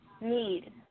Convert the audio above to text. need